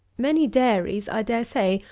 many dairies, i dare say,